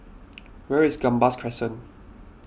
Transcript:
where is Gambas Crescent